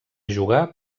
jugar